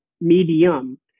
medium